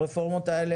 הרפורמות האלה,